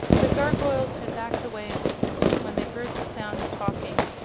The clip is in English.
the gargoyles had backed away a distance when they heard the sound of talking,